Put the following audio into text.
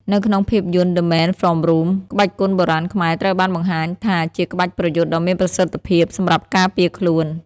នៅក្នុងភាពយន្ត "The Man from Rome" ក្បាច់គុនបុរាណខ្មែរត្រូវបានបង្ហាញថាជាក្បាច់ប្រយុទ្ធដ៏មានប្រសិទ្ធភាពសម្រាប់ការពារខ្លួន។